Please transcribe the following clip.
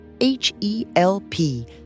H-E-L-P